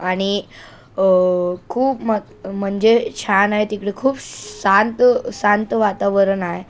आणि खूप म म्हणजे छान आहे तिकडं खूप शांत शांत वातावरण आहे